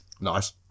Nice